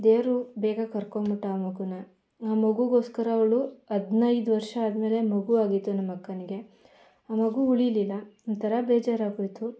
ದೇವರು ಬೇಗ ಕರ್ಕೊಂಡ್ಬಿಟ್ಟ ಆ ಮಗುನ ಆ ಮಗುಗೋಸ್ಕರ ಅವಳು ಹದಿನೈದು ವರ್ಷ ಆದ್ಮೇಲೆ ಮಗು ಆಗಿತ್ತು ನಮ್ಮಕ್ಕನಿಗೆ ಆ ಮಗು ಉಳಿಲಿಲ್ಲ ಒಂಥರಾ ಬೇಜರಾಗಿ ಹೋಯ್ತು